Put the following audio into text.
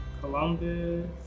Columbus